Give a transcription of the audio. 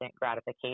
gratification